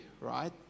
right